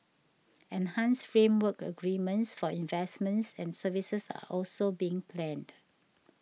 enhanced framework agreements for investments and services are also being planned